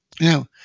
Now